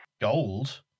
Gold